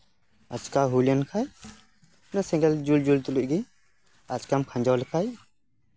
ᱟᱪᱠᱟ ᱦᱩᱭ ᱞᱮᱱᱠᱷᱟᱡ ᱥᱮᱸᱜᱮᱞ ᱡᱩᱞ ᱡᱩᱞ ᱛᱩᱞᱩᱪ ᱜᱮ ᱟᱪᱠᱟᱢ ᱠᱷᱟᱸᱧᱡᱚ ᱞᱮᱠᱷᱟᱡ